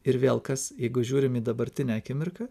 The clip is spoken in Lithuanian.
ir vėl kas jeigu žiūrim į dabartinę akimirką